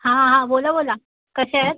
हां हां बोला बोला कशा आहेत